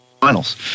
finals